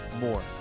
more